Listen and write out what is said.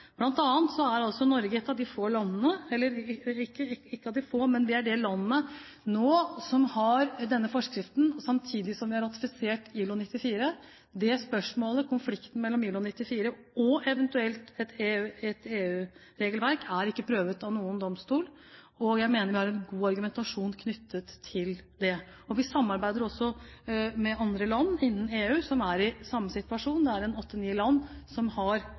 er Norge det landet nå som har denne forskriften samtidig som vi har ratifisert ILO 94. Dette spørsmålet, konflikten mellom ILO 94 og eventuelt et EU-regelverk, er ikke prøvd av noen domstol. Jeg mener at vi har god argumentasjon knyttet til dette. Vi samarbeider også med andre land innenfor EU som er i samme situasjon. Det er åtte–ni land som har